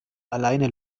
alleine